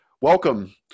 Welcome